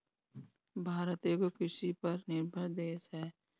भारत एगो कृषि पर निर्भर देश ह